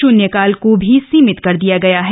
शुन्यकाल को भी सीमित कर दिया गया है